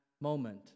moment